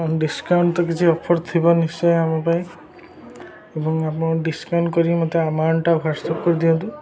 discount ତ କିଛି offer ଥିବ ନିଶ୍ଚୟ ଆମ ପାଇଁ ଏବଂ ଆପଣଙ୍କୁ ଡିସକାଉଣ୍ଟ କରି ମୋତେ ଆମାଉଣ୍ଟ ହ୍ଵାଟ୍ସ ଆପ୍ କରିଦିଅନ୍ତୁ